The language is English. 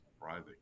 private